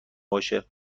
باشه